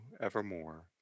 evermore